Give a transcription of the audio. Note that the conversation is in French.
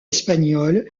espagnol